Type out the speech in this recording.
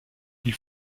ils